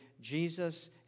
Jesus